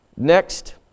Next